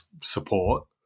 support